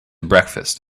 breakfast